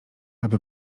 aby